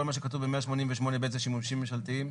מה שכתוב ב-188(ב) זה שימושים ממשלתיים?